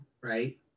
right